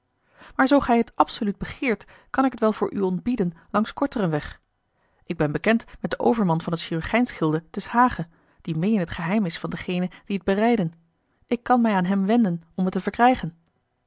maar zoo gij het absoluut begeert kan ik het wel voor u ontbieden langs korteren weg ik ben bekend met den overman van t chirurgijnsgilde te s hage die meê in t geheim is van degenen die het bereiden ik kan mij aan hem wenden om het te verkrijgen